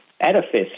edifice